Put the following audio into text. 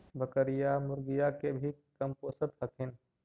बकरीया, मुर्गीया के भी कमपोसत हखिन?